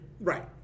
right